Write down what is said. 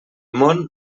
món